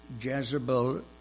Jezebel